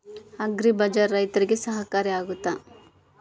Agri bazaar ರೈತರಿಗೆ ಸಹಕಾರಿ ಆಗ್ತೈತಾ?